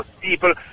People